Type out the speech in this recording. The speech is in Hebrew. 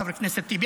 חבר הכנסת טיבי,